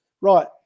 Right